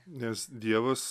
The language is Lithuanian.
nes dievas